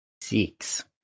six